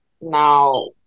now